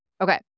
Okay